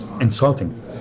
insulting